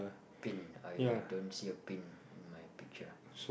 pin I I don't see a pin in my picture